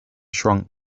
shrunk